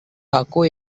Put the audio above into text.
aku